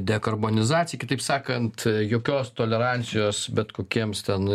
dekarbonizacija kitaip sakant jokios tolerancijos bet kokiems ten